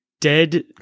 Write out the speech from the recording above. dead